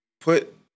put